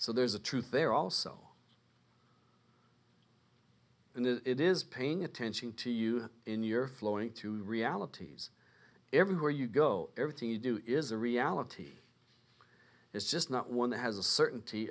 so there's a truth there also and it is paying attention to you in your flowing to realities everywhere you go everything you do is a reality it's just not one that has a certainty